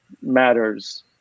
matters